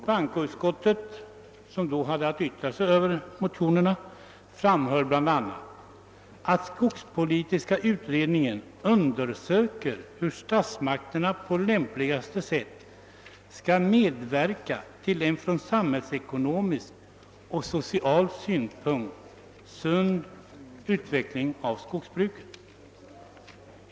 Bankoutskottet, som då hade att yttra sig över motionerna, framhöll bla. att skogspolitiska utredningen undersökte hur statsmakterna på lämpligaste sätt skulle medverka till en från samhällsekonomisk och social synpunkt sund utveckling av skogsbruket.